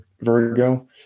Virgo